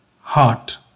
heart